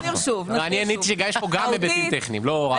יש פה גם היבטים טכניים, לא רק מהותיים.